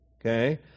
okay